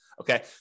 Okay